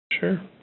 Sure